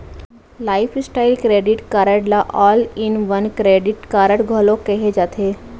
lifestyle credit card ल all in one credit card घलो केहे जाथे